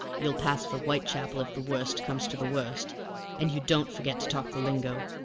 you'll pass for whitechapel if the worst comes to the worst and you don't forget to talk the lingo.